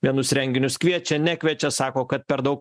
vienus renginius kviečia nekviečia sako kad per daug